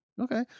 Okay